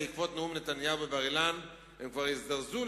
בעקבות נאום נתניהו בבר-אילן הם כבר הזדרזו